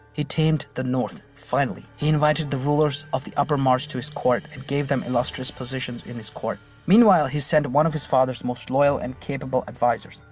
he tamed the north, finally! he invited the rulers of the upper march to his court and gave them illustrious positions in his court. meanwhile, he sent one of his father's most loyal and capable advisors,